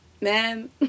Man